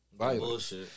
bullshit